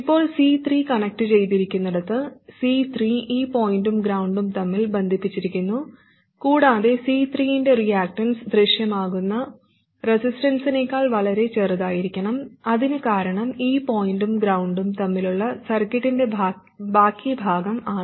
ഇപ്പോൾ C3 കണക്റ്റുചെയ്തിരിക്കുന്നിടത്ത് C3 ഈ പോയിന്റും ഗ്രൌണ്ടും തമ്മിൽ ബന്ധിപ്പിച്ചിരിക്കുന്നു കൂടാതെ C3 ന്റെ റിയാക്ടൻസ് ദൃശ്യമാകുന്ന റെസിസ്റ്റൻസിനേക്കാൾ വളരെ ചെറുതായിരിക്കണം അതിനു കാരണം ഈ പോയിന്റും ഗ്രൌണ്ടും തമ്മിലുള്ള സർക്യൂട്ടിന്റെ ബാക്കി ഭാഗം ആണ്